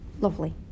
lovely